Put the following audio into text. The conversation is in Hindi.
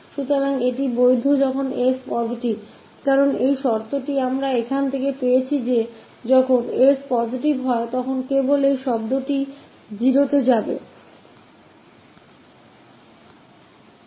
तो यह मान्य है जब s पॉजिटिव है क्युकी यह स्थति हमें यहाँ से मिली थी तो सिर्फ यही टर्म 0 होगा